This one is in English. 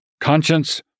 Conscience